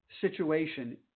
situation